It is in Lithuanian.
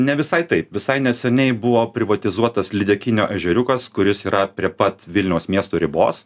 ne visai taip visai neseniai buvo privatizuotas lydekinio ežeriukas kuris yra prie pat vilniaus miesto ribos